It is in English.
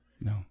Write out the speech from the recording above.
No